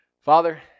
Father